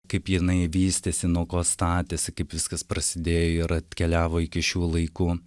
kaip jinai vystėsi nuo ko statėsi kaip viskas prasidėjo ir atkeliavo iki šių laikų